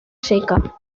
seca